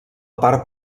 part